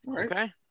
Okay